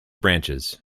branches